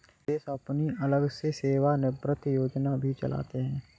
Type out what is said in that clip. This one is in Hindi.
कुछ देश अपनी अलग से सेवानिवृत्त योजना भी चलाते हैं